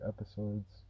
episodes